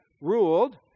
ruled